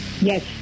Yes